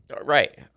Right